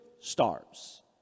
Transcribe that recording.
stars